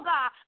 God